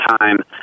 time